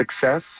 success